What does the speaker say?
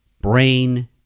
brain